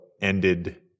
ended